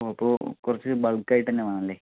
ഓ അപ്പോൾ കുറച്ച് ബൽക്കായിട്ട് തന്നെ വേണം അല്ലെ